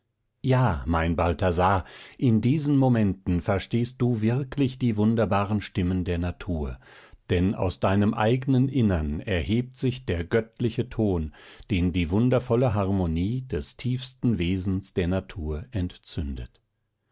ja mein balthasar in diesen momenten verstehst du wirklich die wunderbaren stimmen der natur denn aus deinem eignen innern erhebt sich der göttliche ton den die wundervolle harmonie des tiefsten wesens der natur entzündet